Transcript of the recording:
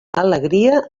alegria